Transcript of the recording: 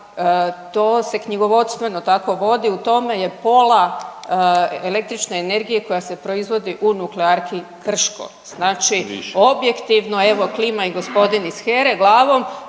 to se knjigovodstveno tako vodi, u tome je pola električne energije koja se proizvodi u Nuklearki Krško, znači objektivno, evo klima i gospodin iz HERA-e glavom,